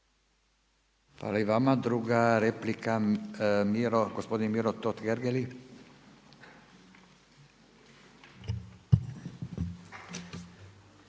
Hvala i vama. Druga replika gospodin Miro Totgergeli. **Totgergeli,